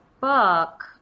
book